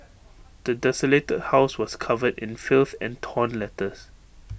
the desolated house was covered in filth and torn letters